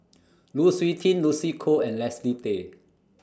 Lu Suitin Lucy Koh and Leslie Tay